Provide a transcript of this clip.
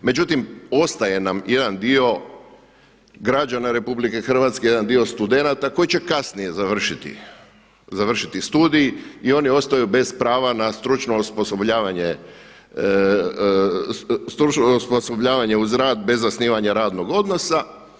Međutim, ostaje nam jedan dio građana RH, jedan dio studenata koji će kasnije završiti studij i oni ostaju bez prava na stručno osposobljavanje, osposobljavanje uz rad bez zasnivanja radnog odnosa.